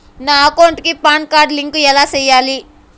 నా అకౌంట్ కి PAN card link ఎలా సేయాలి